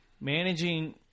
managing –